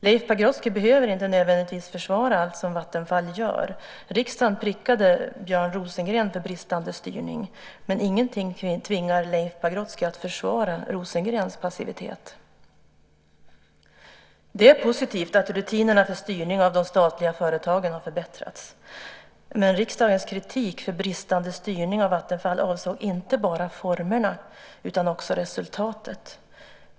Leif Pagrotsky behöver inte nödvändigtvis försvara allt som Vattenfall gör. Riksdagen prickade Björn Rosengren för bristande styrning, men ingenting tvingar Leif Pagrotsky att försvara Rosengrens passivitet. Det är positivt att rutinerna för styrning av de statliga företagen har förbättrats, men riksdagens kritik för bristande styrning av Vattenfall avsåg inte bara formerna utan också resultatet.